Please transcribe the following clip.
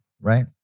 right